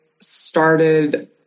started